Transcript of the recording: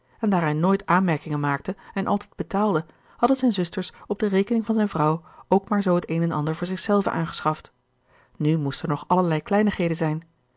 en daar hij nooit aanmerkingen maakte en altijd betaalde hadden zijne zusters op de rekening van zijne vrouw ook maar zoo het een en ander voor zich zelven aangeschaft nu moesten er nog allerlei kleinigheden zijn